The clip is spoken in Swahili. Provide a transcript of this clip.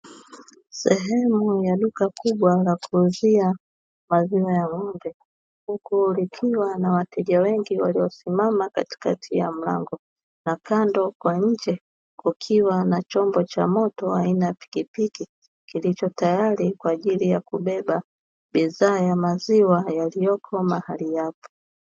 Sehemu ya duka kubwa la kuuzia maziwa ya ng’ombe huku likiwa na wateja wengi waliosimama katikati ya mlango na kando, nje kukiwa na chombo cha moto aina ya pikipiki kilicho tayari kwa ajili ya kubeba bidhaa ya maziwa yaliyoko mahali hapo.